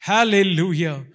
Hallelujah